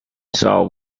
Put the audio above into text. saw